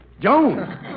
Jones